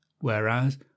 whereas